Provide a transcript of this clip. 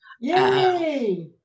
Yay